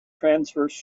transverse